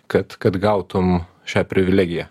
kad kad gautum šią privilegiją